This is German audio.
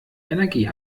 energie